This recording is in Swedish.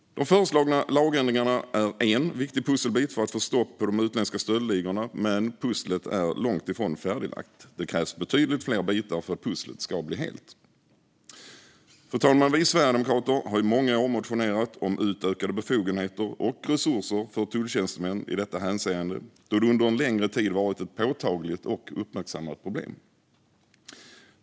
De föreslagna lagändringarna är en viktig pusselbit för att få stopp på de utländska stöldligorna. Men pusslet är långt ifrån färdiglagt. Det krävs betydligt fler bitar för att pusslet ska bli helt. Fru talman! Vi sverigedemokrater har i många år motionerat om utökade befogenheter och resurser för tulltjänstemän i detta hänseende, då det under en längre tid varit ett påtagligt och uppmärksammat problem.